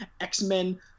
x-men